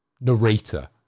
narrator